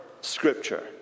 scripture